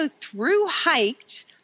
through-hiked